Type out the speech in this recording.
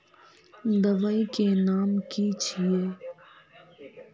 दबाई के नाम की छिए?